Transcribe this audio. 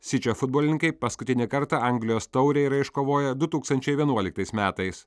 sičio futbolininkai paskutinį kartą anglijos taurę yra iškovoję du tūkstančiai vienuoliktais metais